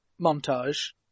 montage